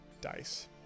dice